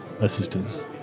assistance